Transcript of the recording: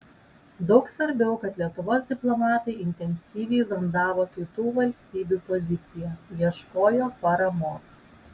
daug svarbiau kad lietuvos diplomatai intensyviai zondavo kitų valstybių poziciją ieškojo paramos